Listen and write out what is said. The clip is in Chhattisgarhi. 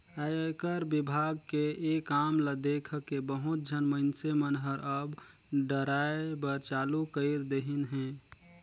आयकर विभाग के ये काम ल देखके बहुत झन मइनसे मन हर अब डराय बर चालू कइर देहिन हे